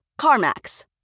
CarMax